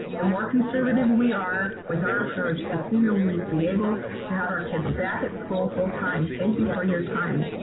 the more conservative we are with our approach, the sooner we will be able to have our kids back at school full time. thank you for your time.